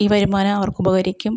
ഈ വരുമാനം അവർക്കുപകരിക്കും